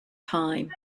time